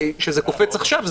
שקופץ עכשיו,